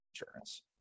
insurance